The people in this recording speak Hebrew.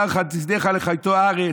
בשר חסידיך לחַיתו ארץ".